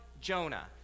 Jonah